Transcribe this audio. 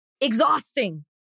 exhausting